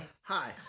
Hi